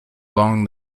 long